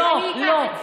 לא, לא.